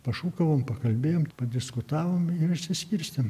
pašūkavom pakalbėjom padiskutavom išsiskirstėm